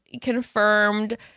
confirmed